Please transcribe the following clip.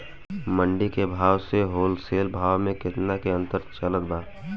मंडी के भाव से होलसेल भाव मे केतना के अंतर चलत बा?